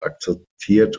akzeptiert